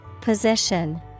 Position